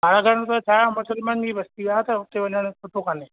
तारागढ़ में त छा मुसलमान जी बस्ती आहे त हुते वञणु सुठो कान्हे